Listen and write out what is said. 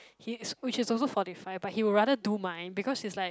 his which is also forty five but he would rather do mine because it's like